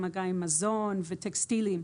ממגע עם מזון וטקסטילים,